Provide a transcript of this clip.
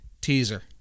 teaser